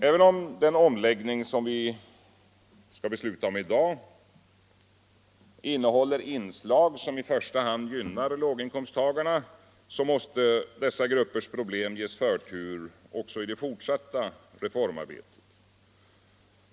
Även om den omläggning som vi i dag skall fatta beslut om innehåller inslag som i första hand gynnar låginkomsttagarna måste dessa gruppers problem ges förtur också i det fortsatta reformarbetet.